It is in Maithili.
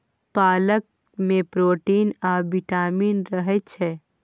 पालक मे प्रोटीन आ बिटामिन रहय छै